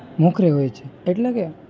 મોખરે હોય છે એટલે કે